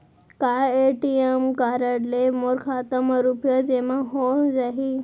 का ATM card ले मोर खाता म रुपिया जेमा हो जाही?